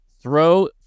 Throw